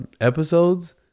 episodes